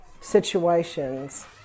situations